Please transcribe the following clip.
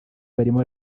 barimo